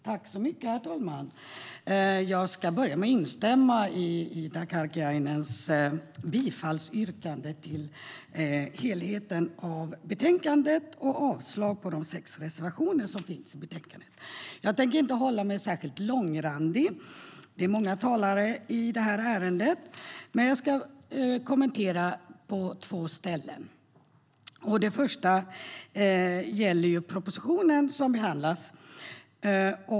Herr talman! Jag ska börja med att instämma i Ida Karkiainens bifallsyrkande när det gäller helheten av betänkandet och yrkar avslag på de sex reservationerna. Jag ska inte vara särskilt långrandig, eftersom det är många talare i detta ärende. Men jag ska kommentera två saker. Det första gäller propositionen som behandlas.